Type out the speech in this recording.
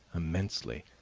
immensely.